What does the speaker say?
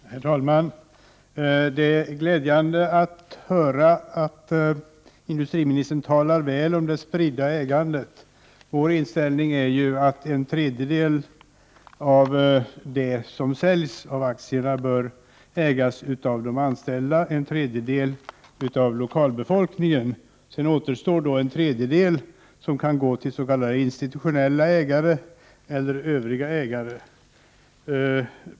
Herr talman! Det är glädjande att höra att industriministern talar väl om det spridda ägandet. Vår inställning är att en tredjedel av de aktier som säljs bör ägas av de anställda och en tredjedel av lokalbefolkningen. Sedan återstår en tredjedel, som kan gå till s.k. institutionella ägare eller övriga ägare.